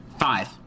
Five